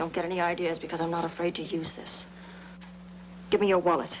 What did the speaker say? don't get any ideas because i'm not afraid to use this given your wallet